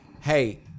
hey